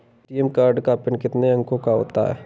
ATM card का PIN कितने अंकों का होता है?